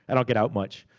ah don't get out much.